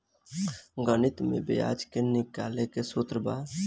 गणित में ब्याज के निकाले के सूत्र बा